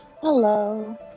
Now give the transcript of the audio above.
Hello